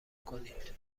کنید